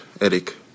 Eric